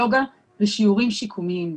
יוגה ושיעורים שיקומיים.